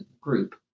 group